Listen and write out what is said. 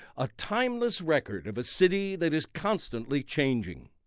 a timeless record of a city that is constantly changing.